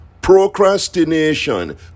Procrastination